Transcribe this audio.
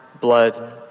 blood